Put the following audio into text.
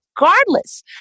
regardless